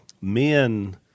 Men